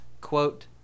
quote